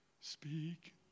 Speak